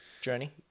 Journey